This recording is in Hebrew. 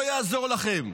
לא יעזור לכם,